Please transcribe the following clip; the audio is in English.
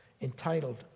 entitled